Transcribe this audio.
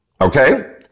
Okay